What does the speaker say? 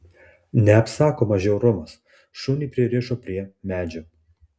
neapsakomas žiaurumas šunį pririšo prie medžio